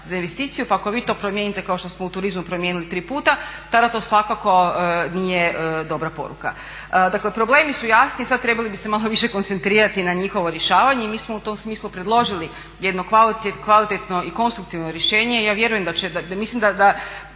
za investiciju pa ako vi to promijenite kao što smo u turizmu promijenili 3 puta, tada to svakako nije dobra poruka. Dakle, problemi su jasni i sada trebali bi se malo više koncentrirati na njihovo rješavanje i mi smo u tom smislu predložili jedno kvalitetno i konstruktivno rješenje. I ja vjerujem da će, mislim da